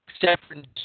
separate